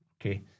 Okay